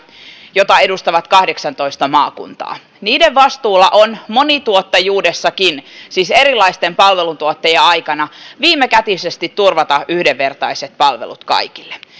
jota edustaa kahdeksantoista maakuntaa niiden vastuulla on monituottajuudessakin siis erilaisten palveluntuottajien aikana viimekätisesti turvata yhdenvertaiset palvelut kaikille